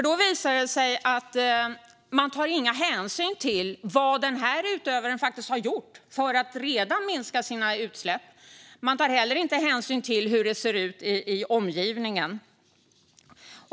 Då visar det sig nämligen att man inte tar några hänsyn till vad den här utövaren redan har gjort för att minska sina utsläpp, och man tar heller inte hänsyn till hur det ser ut i omgivningen.